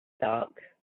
dark